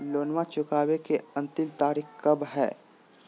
लोनमा चुकबे के अंतिम तारीख कब हय?